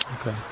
Okay